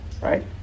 Right